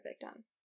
victims